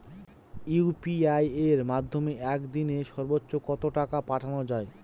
UPI এর মাধ্যমে এক দিনে সর্বচ্চ কত টাকা পাঠানো যায়?